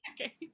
okay